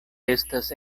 estas